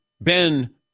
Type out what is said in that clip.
Ben